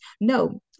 No